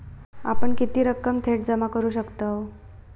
आपण किती रक्कम थेट जमा करू शकतव?